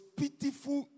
pitiful